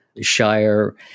Shire